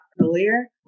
earlier